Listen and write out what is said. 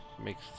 Makes